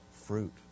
fruit